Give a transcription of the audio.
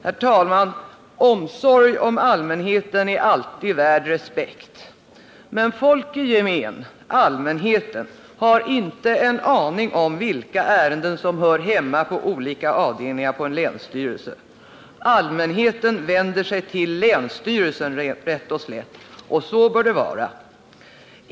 Herr talman! Omsorg om allmänheten är alltid värd respekt. Men folk i gemen — allmänheten — har inte en aning om vilka ärenden som hör hemma på olika avdelningar på en länsstyrelse. Allmänheten vänder sig till länsstyrelsen rätt och slätt, och så bör det vara.